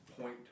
point